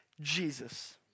Jesus